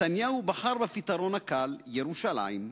נתניהו בחר בפתרון הקל: ירושלים.